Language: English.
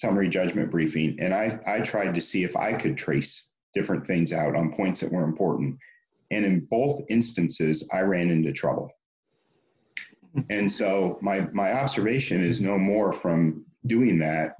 summary judgment briefing and i tried to see if i could trace different things out on points that were important and in both instances i ran into trouble and so my my aspiration is no more from doing that